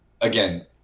again